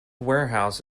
warehouse